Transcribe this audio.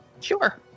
Sure